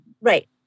right